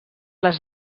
les